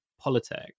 politics